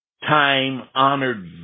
time-honored